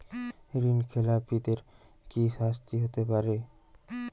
ঋণ খেলাপিদের কি শাস্তি হতে পারে?